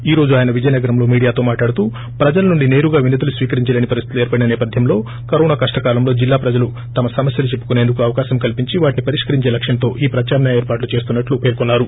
ఈ రోజు ఆయన విజయనగరంలో మీడియాతో మాట్లాడతూ ప్రజల నుండి నేరుగా వినతులు స్వీకరించలేని పరిస్టితులు ఏర్పడిన నేపథ్యంలో కరోనా కష్షకాలంలో జిల్లా ప్రజలు తమ సమస్యలు చెప్పుకొనేందుకు అవకాశం కల్సించి వాటిని పరిష్కరించే లక్ష్యంతో ఈ ప్రత్యామ్నాయ ఏర్పాట్లు చేసినట్లు పేర్కొన్నారు